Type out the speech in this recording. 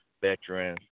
veterans